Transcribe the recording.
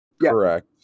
Correct